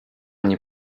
nie